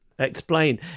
Explain